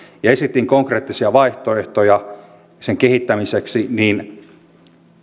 ja esitin konkreettisia vaihtoehtoja sen kehittämiseksi niin